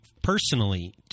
personally